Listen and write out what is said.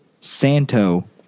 Santo